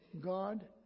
God